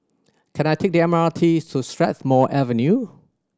can I take the M R T to Strathmore Avenue